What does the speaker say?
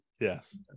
Yes